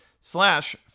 slash